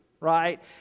right